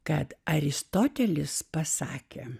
kad aristotelis pasakė